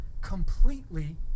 completely